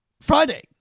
Friday